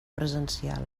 presencial